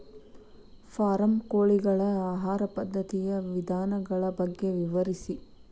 form ಕೋಳಿಗಳ ಆಹಾರ ಪದ್ಧತಿಯ ವಿಧಾನಗಳ ಬಗ್ಗೆ ವಿವರಿಸಿ